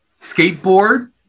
Skateboard